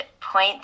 point